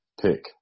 pick